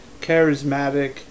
charismatic